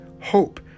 hope